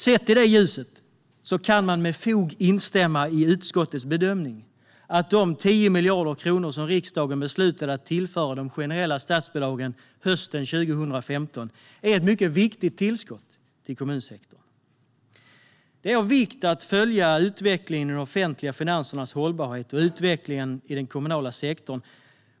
Sett i det ljuset kan man med fog instämma i utskottets bedömning att de 10 miljarder kronor som riksdagen beslutade att tillföra de generella statsbidragen hösten 2015 är ett mycket viktigt tillskott till kommunsektorn. Det är av vikt att följa utvecklingen av de offentliga finansernas hållbarhet och utvecklingen i den kommunala sektorn.